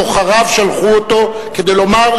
בוחריו שלחו אותו כדי לומר,